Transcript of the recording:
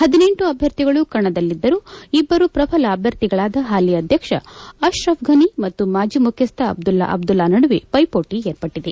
ಹದಿನೆಂಟು ಅಭ್ಯರ್ಥಿಗಳು ಕಣದಲ್ಲಿದ್ದರೂ ಇಬ್ಬರು ಪ್ರಬಲ ಅಭ್ಯರ್ಥಿಗಳಾದ ಹಾಲಿ ಅಧ್ಯಕ್ಷ ಅಶ್ರಫ್ ಫನಿ ಮತ್ತು ಮಾಜಿ ಮುಖ್ಯಸ್ಥ ಅಬ್ದುಲ್ಲಾ ಅಬ್ದುಲ್ಲಾ ನಡುವೆ ಪೈಪೋಟಿ ಏರ್ಪಟ್ಟಿದೆ